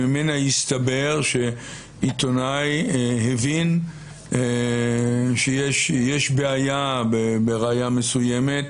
ממנה הסתבר שעיתונאי הבין שיש בעיה בראיה מסוימת.